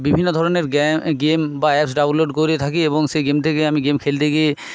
বিভিন্ন ধরনের গেম বা অ্যাপস ডাউনলোড করে থাকি এবং সেই গেম থেকে আমি গেম খেলতে গিয়ে